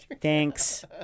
thanks